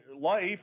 life